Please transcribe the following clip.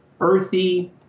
earthy